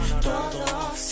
todo